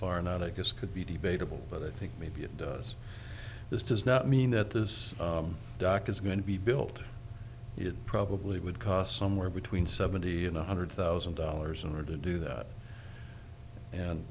far not i guess could be debatable but i think maybe it does this does not mean that this doc is going to be built it probably would cost somewhere between seventy and one hundred thousand dollars in order to do that and